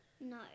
No